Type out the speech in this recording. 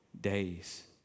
days